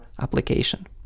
application